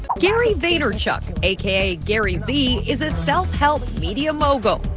gary vaynerchuk, aka, gary vee, is a self-help media mogul.